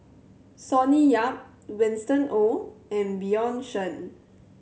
Sonny Yap Winston Oh and Bjorn Shen